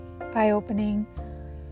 eye-opening